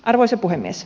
arvoisa puhemies